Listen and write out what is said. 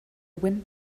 wind